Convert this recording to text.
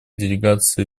делегацию